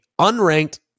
unranked